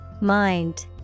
Mind